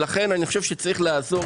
לכן אני חושב שצריך לעזור.